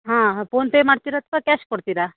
ಹಾಂ ಫೋನ್ಪೇ ಮಾಡ್ತೀರಾ ಅಥವಾ ಕ್ಯಾಶ್ ಕೊಡ್ತೀರಾ